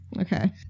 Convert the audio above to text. Okay